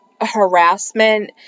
harassment